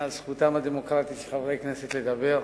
על זכותם הדמוקרטית של חברי הכנסת לדבר.